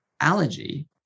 allergy